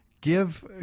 give